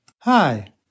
Hi